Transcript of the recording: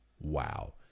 Wow